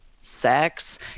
sex